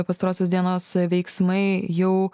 pastarosios dienos veiksmai jau